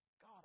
God